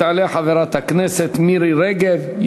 תעלה חברת הכנסת מירי רגב,